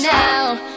now